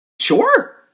Sure